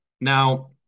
Now